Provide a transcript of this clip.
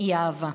היא אהבה.